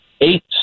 eight